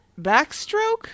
backstroke